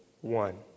one